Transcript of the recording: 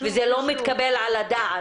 וזה לא מתקבל על הדעת.